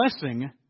blessing